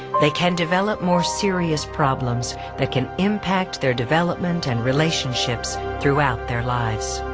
they can develop more serious problems that can impact their development and relationship so throughout their lives.